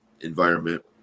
environment